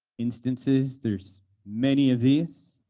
instances there's many of these.